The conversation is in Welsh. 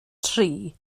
tri